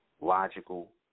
logical